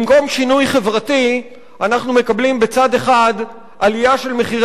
במקום שינוי חברתי אנחנו מקבלים בצד אחד עלייה של מחירי